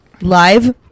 live